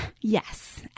yes